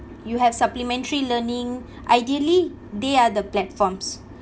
you have supplementary learning ideally they are the platforms